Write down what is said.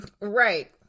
Right